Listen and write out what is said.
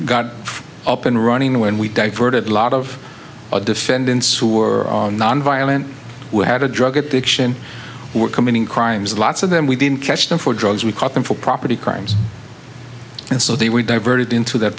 got up and running when we diverted lot of defendants who were nonviolent who had a drug addiction were committing crimes lots of them we didn't catch them for drugs we caught them for property crimes and so they were diverted into that